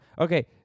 okay